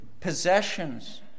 possessions